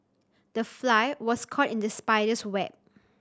the fly was caught in the spider's web